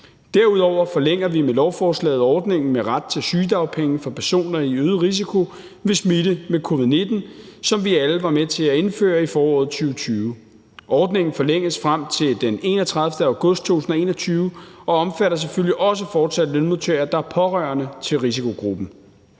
Derudover forlænger vi med lovforslaget ordningen om ret til sygedagpenge for personer i øget risiko ved smitte med covid-19, som vi alle var med til at indføre i foråret 2020. Ordningen forlænges frem til den 31. august 2021 og omfatter selvfølgelig også fortsat lønmodtagere, der er pårørende til risikogruppen.